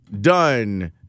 done